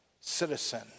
citizen